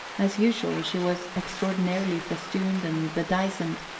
as usual, she was extraordinarily festooned and bedizened,